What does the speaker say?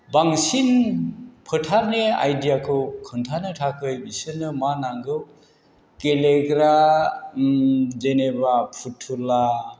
बांसिन फोथारनि आइडियाखौ खोन्थानो थाखाय बिसोरनो मा नांगौ गेलेग्रा जेनेबा फुथुला